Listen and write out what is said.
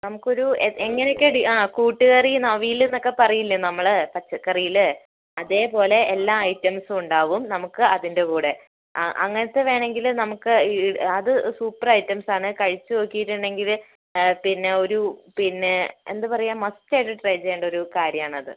നമുക്കൊരു എങ്ങനൊക്കെ ആ കൂട്ടുകറിന്ന് അവിയൽന്നൊക്കെ പറയില്ലേ നമ്മൾ പച്ചക്കറീല് അതേപോലെ എല്ലാ ഐറ്റംസും ഉണ്ടാവും നമുക്ക് അതിൻ്റെ കൂടെ ആ അങ്ങനത്തെ വേണമെങ്കിൽ നമുക്ക് ആ അത് സൂപ്പർ ഐറ്റംസ് ആണ് കഴിച്ചുനോക്കിയിട്ടുണ്ടെങ്കിൽ പിന്നെ ഒരു പിന്നെ എന്താപറയാ മസ്റ്റ് ആയിട്ട് ട്രൈ ചെയ്യേണ്ട ഒരു കാര്യമാണത്